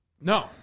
No